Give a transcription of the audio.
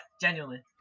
genuinely